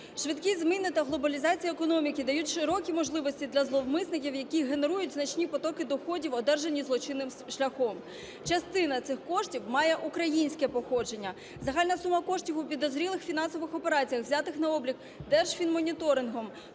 швидкі зміни та глобалізація економіки дають широкі можливості для зловмисників, які генерують значні потоки доходів, одержаних злочинним шляхом, частина цих коштів має українське походження. Загальна сума коштів у підозрілих фінансових операціях, взятих на облік Держфінмоніторингом